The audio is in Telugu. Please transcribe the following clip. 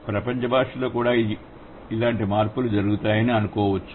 ప్రపంచ భాష లలో కూడా ఇలాంటి మార్పులు జరుగుతాయని అనుకోవచ్చు